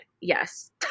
yes